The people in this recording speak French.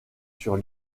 sur